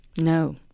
No